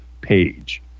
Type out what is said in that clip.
page